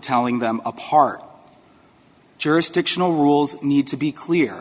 telling them apart jurisdictional rules need to be clear